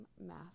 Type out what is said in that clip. math